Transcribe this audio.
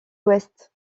ouest